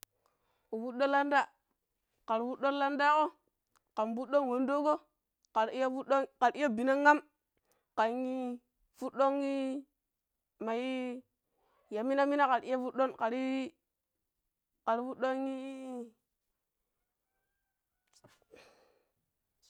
Wu fuɗɗo landa ƙar fuddon landaaƙo ƙen fuɗɗon wandoo ko, kar iya fudoni kar iya bina̱n am ƙen fuddonii mai ya mina-mina ƙar iya fuɗɗon kar i ƙira fidonii.